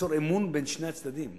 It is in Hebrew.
ליצור אמון בין שני הצדדים.